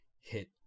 hit